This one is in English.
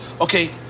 Okay